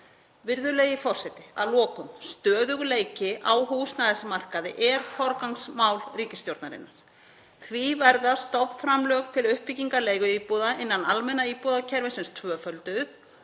Virðulegi forseti. Að lokum: Stöðugleiki á húsnæðismarkaði er forgangsmál ríkisstjórnarinnar. Því verða stofnframlög til uppbyggingar leiguíbúða innan almenna íbúðakerfisins tvöfölduð